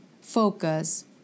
focus